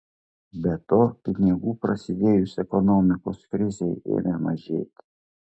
be to pinigų prasidėjus ekonomikos krizei ėmė mažėti